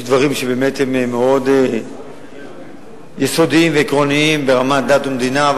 יש דברים שבאמת הם מאוד יסודיים ועקרוניים ברמת דת ומדינה,